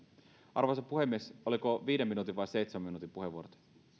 arvoisa puhemies oliko viiden minuutin vai seitsemän minuutin puheenvuorot